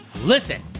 Listen